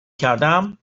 کردم